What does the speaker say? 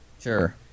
Sure